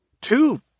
Two